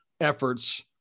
efforts